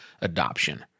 adoption